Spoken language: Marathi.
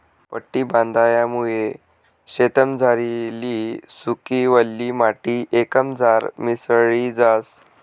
पट्टी बांधामुये शेतमझारली सुकी, वल्ली माटी एकमझार मिसळी जास